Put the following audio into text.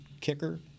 kicker